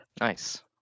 nice